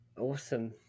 Awesome